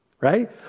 right